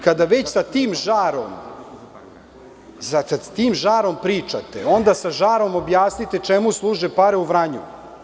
Kada već sa tim žarom pričate, onda sa žarom objasnite čemu služe pare u Vranju?